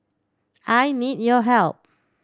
I need your help